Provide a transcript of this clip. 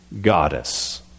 goddess